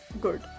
good